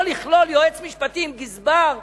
לא לכלול יועץ משפטי עם גזבר,